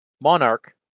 monarch